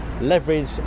leverage